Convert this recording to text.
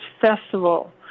festival